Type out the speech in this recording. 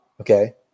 Okay